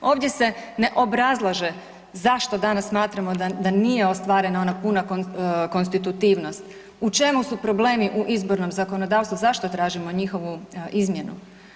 Ovdje se ne obrazlaže zašto danas smatramo da, da nije ostvarena ona puna konstitutivnost, u čemu su problemi u izbornom zakonodavstvu, zašto tražimo njihovu izmjenu.